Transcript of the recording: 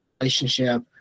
relationship